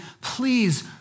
please